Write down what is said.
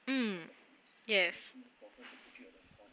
mm yes